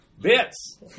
bits